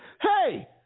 Hey